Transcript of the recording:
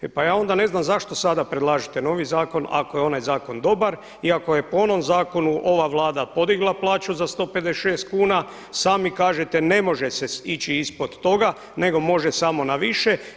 E pa ja onda ne znam zašto sada predlažete novi zakon ako je onaj zakon dobar i ako je po onom zakonu ova Vlada podigla plaću za 156 kuna, sami kažete ne može se ići ispod toga nego može samo na više.